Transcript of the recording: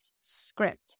script